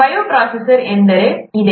bioprocess ಎಂದರೆ ಇದೇ